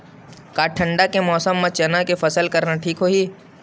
का ठंडा के मौसम म चना के फसल करना ठीक होही?